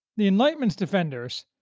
the enlightenment's defenders,